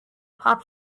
pop